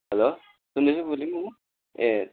hello सुन्दैछ बोलेको म ए